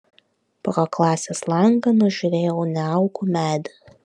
pro klasės langą nužiūrėjau neaugų medį